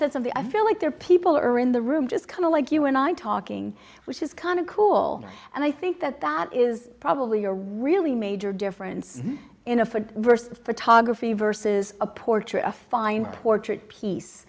said something i feel like there people are in the room just kind of like you and i talking which is kind of cool and i think that that is probably a really major difference in a foot versus the photography versus a portrait a fine portrait piece